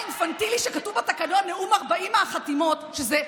שכתוב בתקנון, נאום 40 החתימות, שזה,